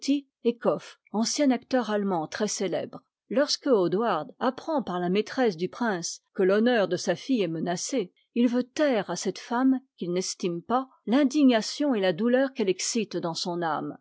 eckhoff ancien acteur allemand très célèbre lorsque odoard apprend par la maîtresse du prince que l'honneur de sa fille est menacé il veut taire à cette femme qu'il n'estime pas l'indignation et la douleur qu'elle excite dans son âme